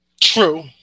True